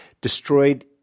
destroyed